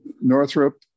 Northrop